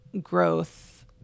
growth